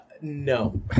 No